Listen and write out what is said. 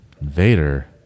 Vader